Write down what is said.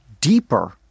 deeper